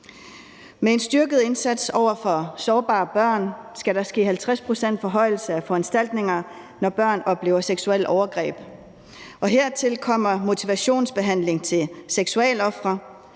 Med en styrket indsats over for sårbare børn skal der ske 50 pct.s forhøjelse af foranstaltninger, når børn oplever seksuelle overgreb, og hertil kommer motivationsbehandling til seksualforbrydere.